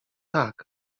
tak